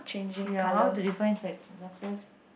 ya how to define suc~ success